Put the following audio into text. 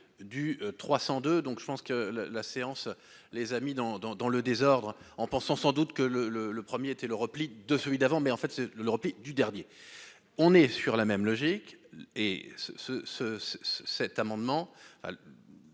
du 300 de donc je pense que la la séance, les amis, dans, dans, dans le désordre en pensant sans doute que le le le premier était le repli de celui d'avant, mais en fait c'est le le repli du dernier on est sur la même logique et ce ce ce